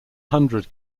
hundred